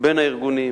בין הארגונים.